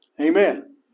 Amen